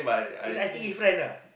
it's I_T_E friend ah